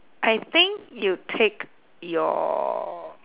I think you take your